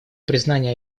признание